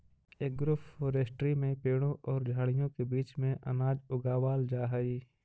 agroforestry में पेड़ों और झाड़ियों के बीच में अनाज उगावाल जा हई